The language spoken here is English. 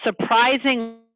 surprising